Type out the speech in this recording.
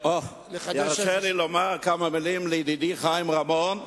ירשה לי לומר כמה מלים לידידי חיים רמון,